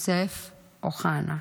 יוסף אוחנה,